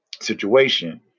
situation